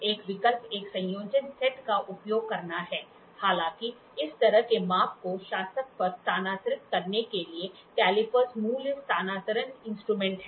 एक विकल्प एक संयोजन सेट का उपयोग करना है हालाँकि इस तरह के माप को शासक पर स्थानांतरित करने के लिएकैलिपर्स मूल स्थानांतरण इंस्ट्रूमेंट हैं